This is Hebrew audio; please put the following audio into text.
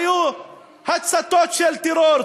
היו הצתות של טרור.